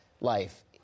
life